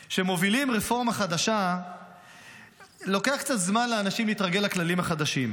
שכשמובילים רפורמה חדשה לוקח קצת זמן לאנשים להתרגל לכללים החדשים.